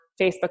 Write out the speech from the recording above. Facebook